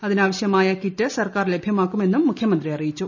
അതിനാവശ്യമായ കിറ്റ് സർക്കാർ ലഭ്യമാക്കുമെന്നും മുഖ്യമന്ത്രി അറിയിച്ചു